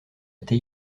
été